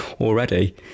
already